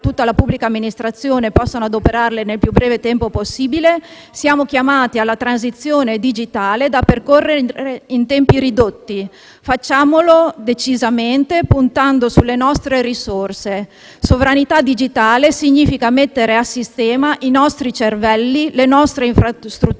tutta la pubblica amministrazione possano adoperarle nel più breve tempo possibile. Siamo chiamati alla transizione digitale da percorrere in tempi ridotti; facciamolo decisamente puntando sulle nostre risorse. Sovranità digitale significa mettere a sistema i nostri cervelli, le nostre infrastrutture